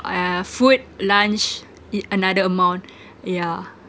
uh food lunch it another amount yeah